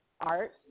art